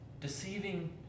deceiving